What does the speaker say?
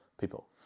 people